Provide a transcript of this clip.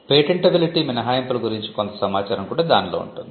patentability మినహాయింపుల గురించి కొంత సమాచారం కూడా దానిలో ఉంటుంది